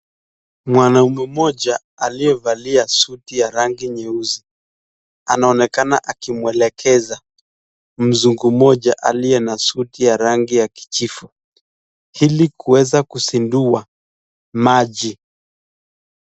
Mwanaume mmoja aliyevalia suti ya rangi nyeusi anaonekana akimwelekeza mzungu mmoja aliye na suti ya rangi ya kijivu ili kuweza kuzindua maji.